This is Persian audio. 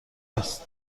است